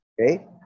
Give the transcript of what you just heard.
Okay